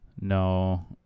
No